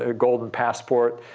ah golden passport,